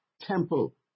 temple